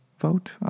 vote